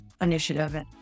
initiative